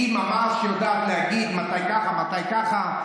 היא ממש יודעת להגיד מתי ככה ומתי ככה.